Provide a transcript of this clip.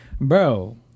bro